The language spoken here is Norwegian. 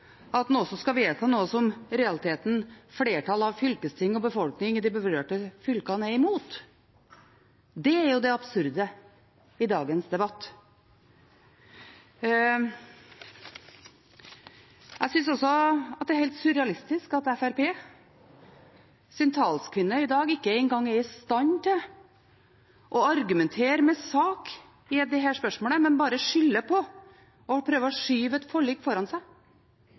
at en også skal vedta noe som i realiteten flertallet av fylkestingene og flertallet i befolkningen i de berørte fylkene er imot. Det er jo det absurde i dagens debatt. Jeg synes også det er helt surrealistisk at Fremskrittspartiets talskvinne i dag ikke engang er i stand til å argumentere med sak i dette spørsmålet, men bare skylder på forliket og prøver å skyve det foran seg.